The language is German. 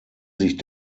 sich